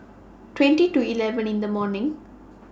twenty to eleven in The morning